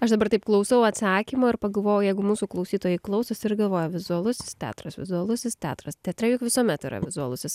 aš dabar taip klausau atsakymo ir pagalvojau jeigu mūsų klausytojai klausosi ir galvoja vizualusis teatras vizualusis teatras teatre juk visuomet yra vizualusis